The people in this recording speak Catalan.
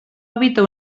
habita